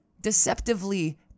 Deceptively